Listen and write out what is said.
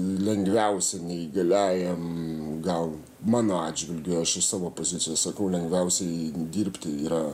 lengviausia neįgaliajam gal mano atžvilgiu aš iš savo pozicijos sakau lengviausiai dirbti yra